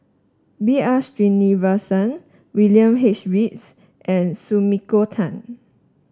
B R Sreenivasan William H Reads and Sumiko Tan